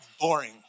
boring